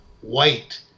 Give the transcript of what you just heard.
white